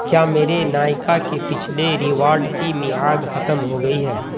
کیا میرے نائکا کے پچھلے ریواڈ کی میعاد ختم ہو گئی ہے